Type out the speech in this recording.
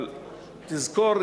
אבל תזכור,